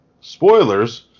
spoilers